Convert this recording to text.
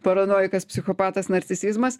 paranojikas psichopatas narcisizmas